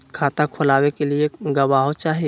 खाता खोलाबे के लिए गवाहों चाही?